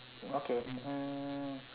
okay mm